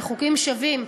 וחוגים שווים,